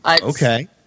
Okay